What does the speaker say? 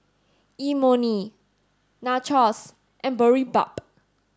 Imoni Nachos and Boribap